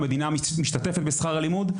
המדינה משתתפת בשכר הלימוד,